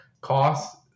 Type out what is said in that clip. cost